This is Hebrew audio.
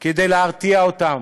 כדי להרתיע אותם.